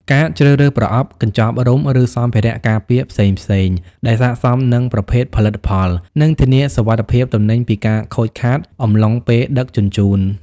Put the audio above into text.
ការជ្រើសរើសប្រអប់ កញ្ចប់រុំ ឬសម្ភារៈការពារផ្សេងៗដែលស័ក្តិសមនឹងប្រភេទផលិតផល និងធានាសុវត្ថិភាពទំនិញពីការខូចខាតអំឡុងពេលដឹកជញ្ជូន។